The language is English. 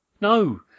no